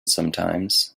sometimes